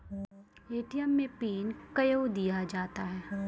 ATM मे PIN कयो दिया जाता हैं?